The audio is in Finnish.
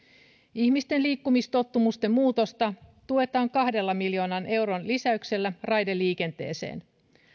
ihmisten liikkumistottumusten muutosta tuetaan kahden miljoonan euron lisäyksellä raideliikenteeseen